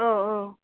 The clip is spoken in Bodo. ओ औ